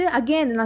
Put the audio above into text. again